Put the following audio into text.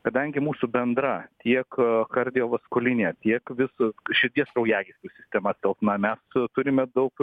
kadangi mūsų bendra tiek kardiovaskulinė tiek vis širdies kraujagyslių sistema silpna mes turime daug